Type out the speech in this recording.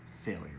failure